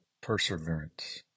perseverance